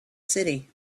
city